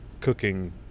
cooking